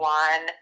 one